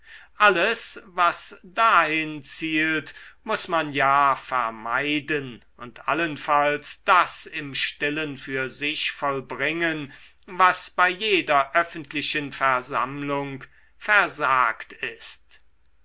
alles was dahin zielt muß man ja vermeiden und allenfalls das im stillen für sich vollbringen was bei jeder öffentlichen versammlung versagt ist